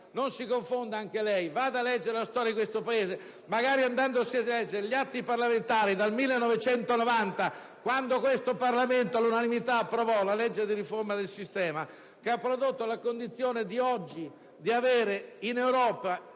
non si confonda anche lei. Vada a leggere la storia di questo Paese, magari gli atti parlamentari del 1990, quando questo Parlamento approvò all'unanimità la legge di riforma del sistema che ha prodotto la condizione di oggi, ossia di avere in Europa